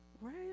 Right